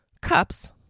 cups